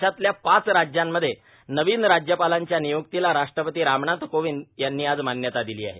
देशातल्या पाच राज्यांमध्ये नवीन राज्यपालांच्या नियुक्तीला राष्ट्रपती रामनाथ कोविंद यांनी आज मान्यता दिली आहे